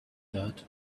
that